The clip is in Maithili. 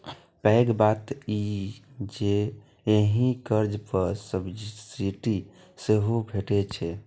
पैघ बात ई जे एहि कर्ज पर सब्सिडी सेहो भैटै छै